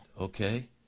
okay